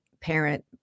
parent